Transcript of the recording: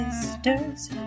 sisters